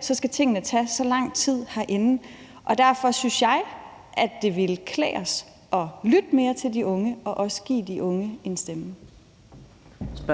skal tingene tage så lang tid herinde. Derfor synes jeg, det ville klæde os at lytte mere til de unge og også give de unge en stemme. Kl. 15:34